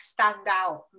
standout